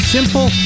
Simple